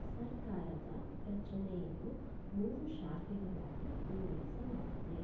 ಸರ್ಕಾರದ ರಚನೆಯನ್ನು ಮೂರು ಶಾಖೆಗಳಾಗಿ ವಿಂಗಡಿಸಲಾಗಿದೆ